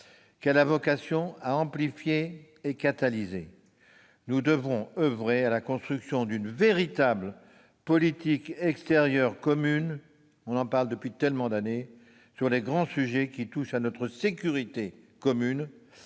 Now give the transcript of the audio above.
qu'elle a vocation à amplifier et à catalyser. Nous devrons oeuvrer à la construction d'une véritable politique extérieure commune- nous en parlons depuis tellement d'années ! -sur les grands sujets qui touchent à notre sécurité commune,